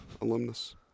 Alumnus